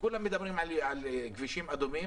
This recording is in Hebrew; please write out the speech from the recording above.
כולם מדברים על כבישים אדומים